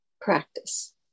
practice